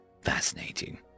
fascinating